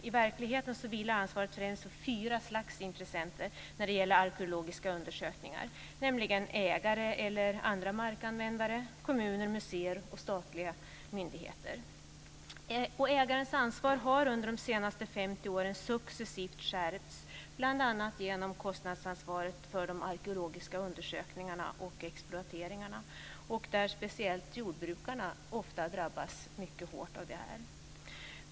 I verkligheten vilar ansvaret främst på fyra slags intressenter när det gäller arkeologiska undersökningar, nämligen ägare eller andra markanvändare, kommuner, museer och statliga myndigheter. Ägarens ansvar har under de senaste 50 åren successivt skärpts, bl.a. genom kostnadsansvaret för de arkeologiska undersökningarna och exploateringarna. Speciellt jordbrukarna drabbas ofta mycket hårt av det här.